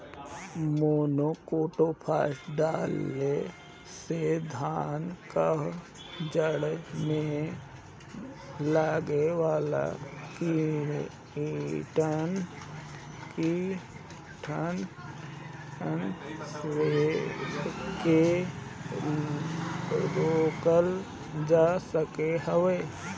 monocrotophos डाले से धान कअ जड़ में लागे वाला कीड़ान के रोकल जा सकत हवे